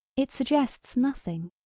it suggests nothing.